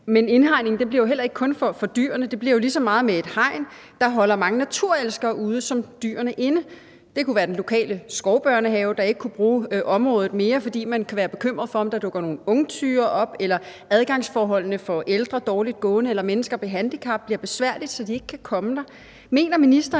Men indhegning bliver jo heller ikke kun for dyrene; det bliver lige så meget et hegn, der holder mange naturelskere ude såvel som dyr inde. Det kunne være den lokale skovbørnehave, der ikke kan bruge området mere, fordi man kan være bekymret for, om der dukker nogle ungtyre op, eller det kunne være, at adgangsforholdene for ældre, dårligt gående eller mennesker med handicap bliver besværlige, så de ikke kan komme der. Mener ministeren